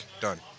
done